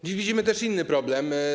Dziś widzimy też inny problem.